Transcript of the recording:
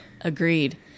Agreed